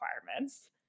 requirements